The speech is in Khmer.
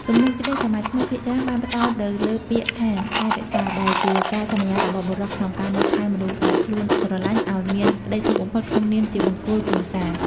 ទំនុកច្រៀងសម័យថ្មីភាគច្រើនបានផ្ដោតទៅលើពាក្យថា "ថែរក្សា" ដែលជាការសន្យារបស់បុរសក្នុងការមើលថែមនុស្សដែលខ្លួនស្រឡាញ់ឱ្យមានក្តីសុខបំផុតក្នុងនាមជាបង្គោលគ្រួសារ។